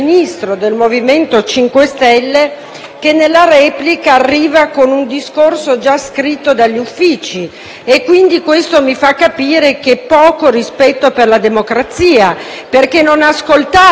che, per la replica, arriva in Aula con un discorso già scritto dagli uffici. Quindi, questo mi fa capire che ha poco rispetto per la democrazia, perché non ha ascoltato gli interventi dei colleghi